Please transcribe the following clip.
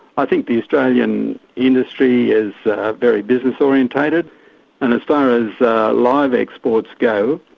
i think the australian industry is very business-orientated and as far as live exports go,